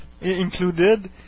included